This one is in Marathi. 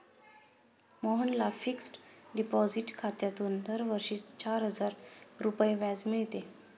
मोहनला फिक्सड डिपॉझिट खात्यातून दरवर्षी चार हजार रुपये व्याज मिळते